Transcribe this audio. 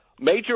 major